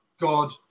God